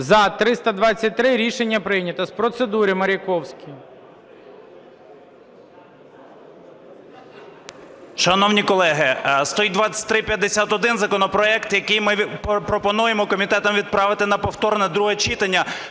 За-323 Рішення прийнято. З процедури – Маріковський.